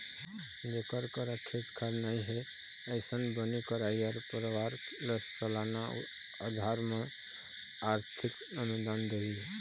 जेखर करा खेत खार नइ हे, अइसन बनी करइया परवार ल सलाना अधार म आरथिक अनुदान देवई